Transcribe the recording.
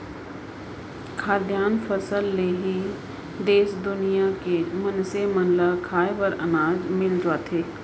खाद्यान फसल ले ही देस दुनिया के मनसे मन ल खाए बर अनाज मिल पाथे